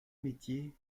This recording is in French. métier